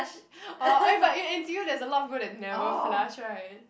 orh ah but you N_T_U there's a lot of people that never flush right